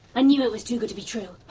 i knew it was too good to be true.